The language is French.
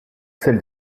celle